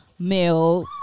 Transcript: male